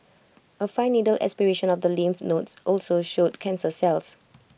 A fine needle aspiration of the lymph nodes also showed cancer cells